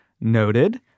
noted